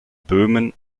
böhmen